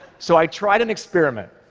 so i tried an experiment.